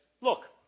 look